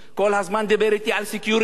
כל הזמן דיבר אתי על security.